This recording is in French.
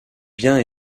biens